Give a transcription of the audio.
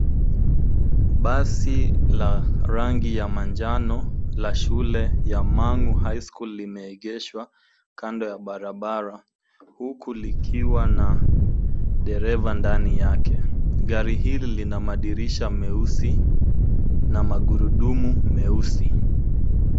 Basi la rangi ya manjano la shule ya Mang'u high school limeegeshwa kando ya barabara huku likiwa na dereva ndani yake. Gari hili lina madirisha meusi na magurudumu meusi.